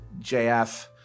JF